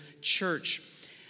church